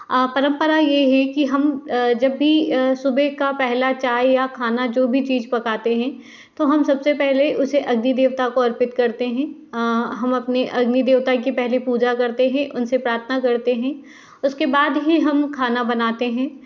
परंपरा ये है कि हम जब भी सुबह का पहला चाय या खाना जो भी चीज़ पकाते हैं तो हम सबसे पहले उसे अग्नि देवता को अर्पित करते हैं हम अपने अग्नि देवता की पहले पूजा करते हैं उनसे प्रार्थना करते हैं उसके बाद ही हम खाना बनाते हैं